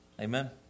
Amen